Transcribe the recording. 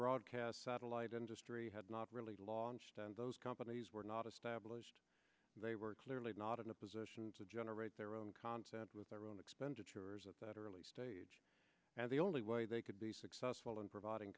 broadcast satellite industry had not really launched and those companies were not established they were clearly not in a position to generate their own content with their own expenditures at that early stage and the only way they could be successful in providing